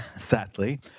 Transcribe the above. sadly